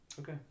Okay